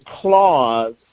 clause